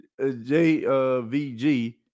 JVG